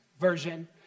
version